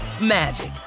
magic